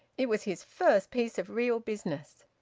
it was his first piece of real business.